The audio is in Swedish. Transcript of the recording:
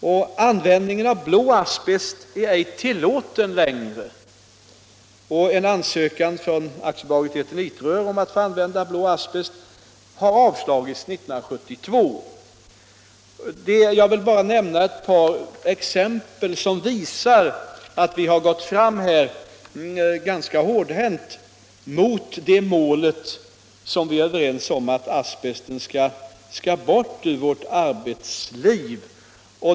Att använda blå asbest är ej tillåtet längre, och en ansökan från AB Eternitrör om att få utnyttja blå asbest har avslagits 1972. Jag har bara velat nämna några exempel, som visar att vi har gått fram ganska hårdhänt på väg mot det mål som vi är överens om, dvs. att asbesten skall bort ur vårt arbetsliv.